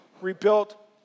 rebuilt